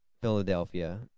Philadelphia